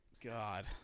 God